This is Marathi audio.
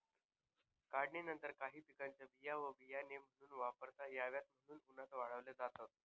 काढणीनंतर काही पिकांच्या बिया बियाणे म्हणून वापरता याव्यात म्हणून उन्हात वाळवल्या जातात